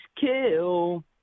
kill